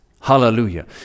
hallelujah